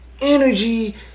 energy